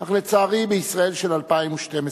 אך לצערי, בישראל של 2012,